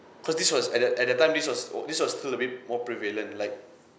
cause this was at that at that time this was this was still a bit more prevalent like